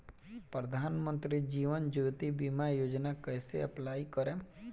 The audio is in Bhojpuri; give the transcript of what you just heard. प्रधानमंत्री जीवन ज्योति बीमा योजना कैसे अप्लाई करेम?